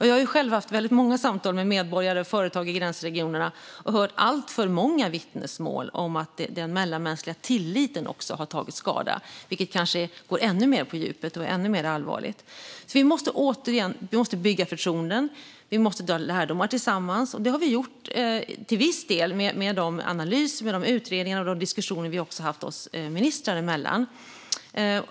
Jag har själv haft väldigt många samtal med medborgare och företag i gränsregionerna och hört alltför många vittnesmål om att den mellanmänskliga tilliten har tagit skada, vilket kanske går ännu mer på djupet och är ännu mer allvarligt. Vi måste bygga förtroenden. Vi måste dra lärdomar tillsammans. Det har vi gjort, till viss del, med de analyser och utredningar som har gjorts och de diskussioner som har förts ministrarna emellan.